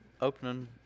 opening